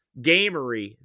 gamery